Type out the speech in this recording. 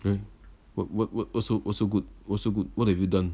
righ~ what wha~ wha~ what's so good what's good what have you done